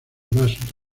más